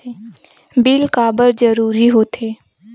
Bill काबर जरूरी होथे?